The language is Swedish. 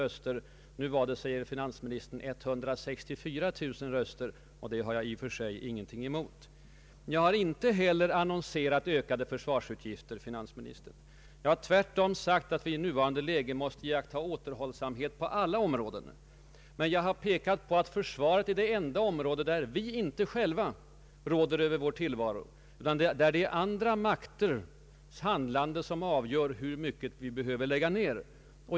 Finansministern säger att det var 164 000 röster, och det har jag i och för sig ingenting emot. Jag har inte heller ”annonserat” ökade försvarsutgifter. Jag har tvärtom sagt, att vi i nuvarande läge måste iaktta återhållsamhet på alla områden. Men jag har pekat på att försvaret är det enda område, där vi inte själva råder över vår tillvaro, där det är andra makters handlande som avgör hur mycket vi behöver lägga ner.